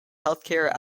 healthcare